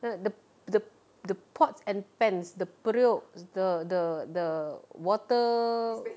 th~ th~ the pots and pans the periuks the the the water